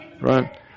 right